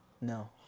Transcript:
No